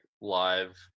live